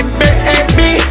baby